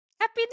Happy